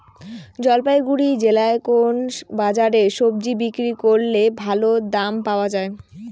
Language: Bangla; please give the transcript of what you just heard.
জলপাইগুড়ি জেলায় কোন বাজারে সবজি বিক্রি করলে ভালো দাম পাওয়া যায়?